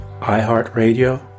iHeartRadio